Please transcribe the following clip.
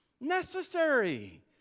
necessary